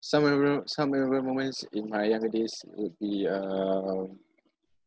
some memorable some memorable moments in my younger days would be um